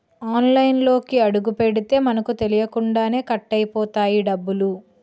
ఆన్లైన్లోకి అడుగుపెడితే మనకు తెలియకుండానే కట్ అయిపోతాయి డబ్బులు